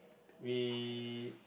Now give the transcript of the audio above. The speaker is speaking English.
we